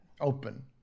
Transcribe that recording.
open